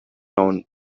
round